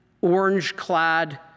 orange-clad